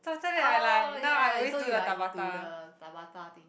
oh ya ya ya so you're into the Tabata thing